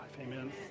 Amen